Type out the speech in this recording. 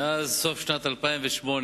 מאז סוף שנת 2008,